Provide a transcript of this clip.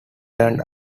turned